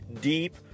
deep